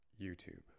YouTube